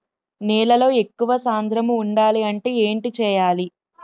నేలలో ఎక్కువ సాంద్రము వుండాలి అంటే ఏంటి చేయాలి?